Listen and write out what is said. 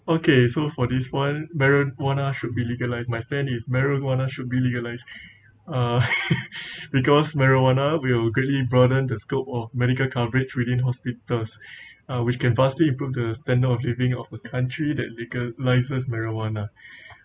okay so for this one marijuana owner should be legalised my stand is marijuana should be legalised because marijuana will greatly broaden the scope of medical coverage within hospitals which can vastly improve the standard of living of the country that legalises marijuana